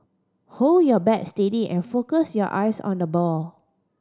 hold your bat steady and focus your eyes on the ball